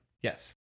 yes